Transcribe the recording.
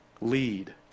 Lead